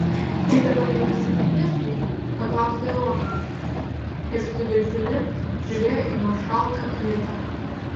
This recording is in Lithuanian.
tai dabar jau visi prieš jį paklausė eoną ir su viltimi žiūrėjo į maršalką kmitą